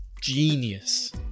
genius